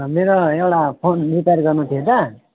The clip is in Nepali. मेरो एउटा फोन रिपेयर गर्न थियो त